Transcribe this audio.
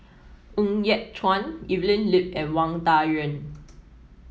Ng Yat Chuan Evelyn Lip and Wang Dayuan